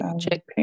check